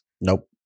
Nope